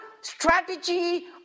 strategy